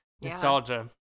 Nostalgia